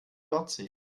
nordsee